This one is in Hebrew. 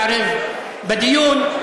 שאתה לא היית מתערב בדיון,